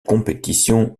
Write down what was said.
compétition